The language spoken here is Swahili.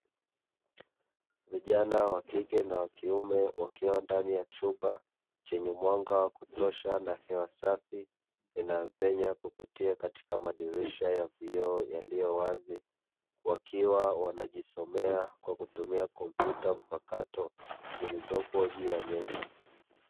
Vijana wakike na wakiume wakiwa ndani ya chumba chenye mwanga wa kutosha na hewa safi, inayopenya kupitia madirisha ya vioo yaliyowazi wakiwa wanajisomea kwa kupitia kompyuta mpakato zilizopo juu ya meza.